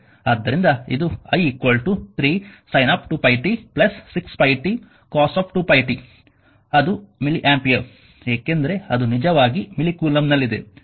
ಆದ್ದರಿಂದ ಇದು i 3 sin 2πt 6π t cos 2π t ಅದು ಮಿಲಿ ಆಂಪಿಯರ್ ಏಕೆಂದರೆ ಅದು ನಿಜವಾಗಿ ಮಿಲಿ ಕೂಲಂಬ್ನಲ್ಲಿದೆ